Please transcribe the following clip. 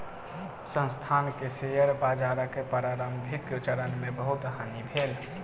संस्थान के शेयर बाजारक प्रारंभिक चरण मे बहुत हानि भेल